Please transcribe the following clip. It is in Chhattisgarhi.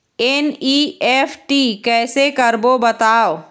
एन.ई.एफ.टी कैसे करबो बताव?